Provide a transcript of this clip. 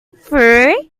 through